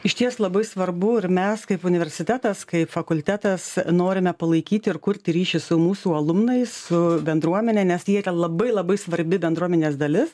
išties labai svarbu ir mes kaip universitetas kaip fakultetas norime palaikyti ir kurti ryšį su mūsų alumnais su bendruomene nes jie ten labai labai svarbi bendruomenės dalis